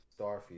Starfield